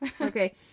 Okay